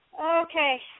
okay